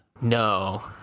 no